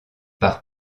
par